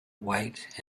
white